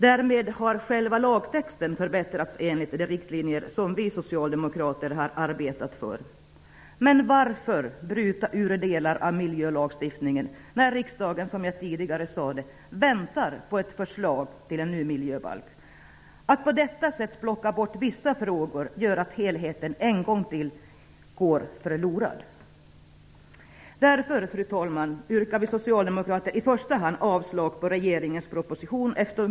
Därmed förbättras lagtexten enligt de riktlinjer som vi socialdemokrater har arbetat för. Men varför vill man bryta ut delar av lagstiftningen medan riksdagen, som jag tidigare sade, väntar på ett förslag till en ny miljöbalk? Om man på detta sätt plockar bort vissa frågor, går helheten än en gång förlorad. Därför, fru talman, yrkar vi socialdemokrater i första hand avslag på regeringens proposition.